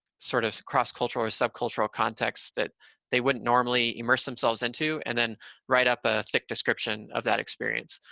sort of cross-cultural or subcultural context that they wouldn't normally immerse themselves into, and then write up a thick description of that experience.